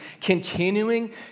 continuing